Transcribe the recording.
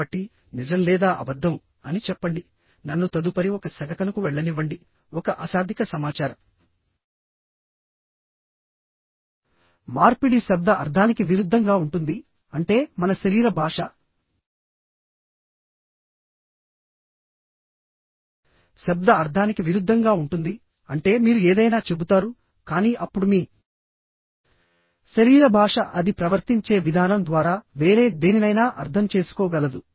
కాబట్టి నిజం లేదా అబద్ధం అని చెప్పండి నన్ను తదుపరి ఒక సెకనుకు వెళ్లనివ్వండి ఒక అశాబ్దిక సమాచార మార్పిడి శబ్ద అర్థానికి విరుద్ధంగా ఉంటుంది అంటే మన శరీర భాష శబ్ద అర్థానికి విరుద్ధంగా ఉంటుంది అంటే మీరు ఏదైనా చెబుతారు కానీ అప్పుడు మీ శరీర భాష అది ప్రవర్తించే విధానం ద్వారా వేరే దేనినైనా అర్థం చేసుకోగలదు